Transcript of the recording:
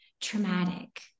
traumatic